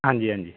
ਹਾਂਜੀ ਹਾਂਜੀ